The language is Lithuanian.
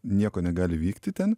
nieko negali vykti ten